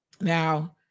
Now